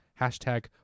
hashtag